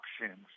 options